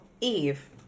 Eve